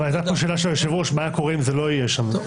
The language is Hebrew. אבל הייתה פה שאלה של היושב-ראש מה היה קורה אם זה לא יהיה שם.